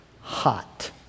hot